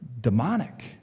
Demonic